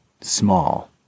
small